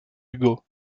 hugo